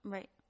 Right